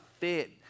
fit